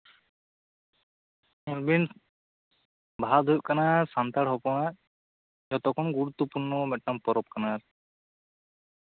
ᱞᱟᱹᱭ ᱫᱟᱹᱧ ᱵᱟᱦᱟ ᱫᱚ ᱦᱩᱭᱩᱜ ᱠᱟᱱᱟ ᱥᱟᱱᱛᱟᱲ ᱦᱚᱯᱚᱱᱟᱜ ᱡᱚᱛᱚᱠᱷᱚᱱ ᱜᱩᱨᱩᱛᱛᱚᱯᱩᱨᱱᱚ ᱢᱤᱫᱴᱮᱱ ᱯᱚᱨᱚᱵᱽ ᱠᱟᱱᱟ ᱟᱨᱠᱤ